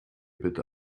bitte